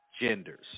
genders